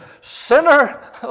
sinner